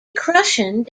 crushing